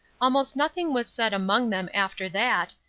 almost nothing was said among them after that,